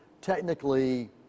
technically